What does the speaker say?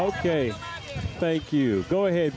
ok thank you go ahead